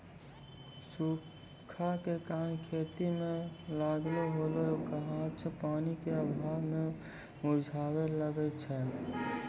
सूखा के कारण खेतो मे लागलो होलो गाछ पानी के अभाव मे मुरझाबै लागै छै